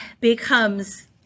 becomes